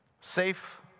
safe